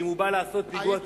שאם הוא בא לעשות פיגוע טרור,